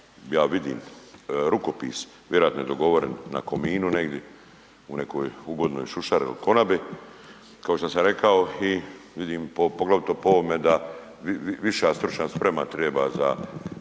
ja vidim rukopis, vjerojatno je dogovoren na Kominu negdje u nekoj ugodnoj šušari il konabi kao što sam rekao i vidim po poglavito po ovome da viša stručna sprema treba za